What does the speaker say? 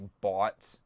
bought